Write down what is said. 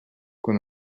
quan